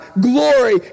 glory